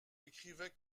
écrivait